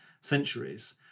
centuries